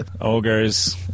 ogres